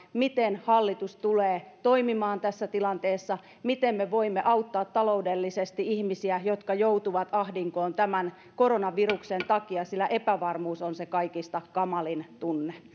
ihmisille miten hallitus tulee toimimaan tässä tilanteessa miten me voimme auttaa taloudellisesti ihmisiä jotka joutuvat ahdinkoon tämän koronaviruksen takia sillä epävarmuus on se kaikista kamalin tunne